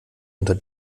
unter